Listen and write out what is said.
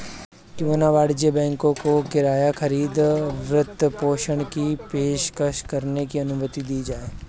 क्यों न वाणिज्यिक बैंकों को किराया खरीद वित्तपोषण की पेशकश करने की अनुमति दी जाए